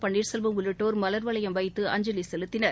பள்ளீர்செல்வம் உள்ளிட்டோர் மலர் வளையம் வைத்து அஞ்சலிசெலுத்தினர்